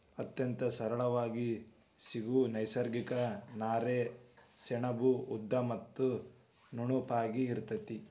ಅತ್ಯಂತ ಸರಳಾಗಿ ಸಿಗು ನೈಸರ್ಗಿಕ ನಾರೇ ಸೆಣಬು ಉದ್ದ ಮತ್ತ ನುಣುಪಾಗಿ ಇರತತಿ